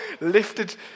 lifted